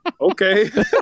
Okay